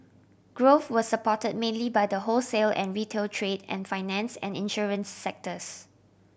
growth was supported mainly by the wholesale and retail trade and finance and insurance sectors